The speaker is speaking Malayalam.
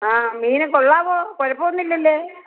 ആ മീൻ കൊള്ളാമോ കുഴപ്പം ഒന്നും ഇല്ലല്ലോ